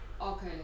Okay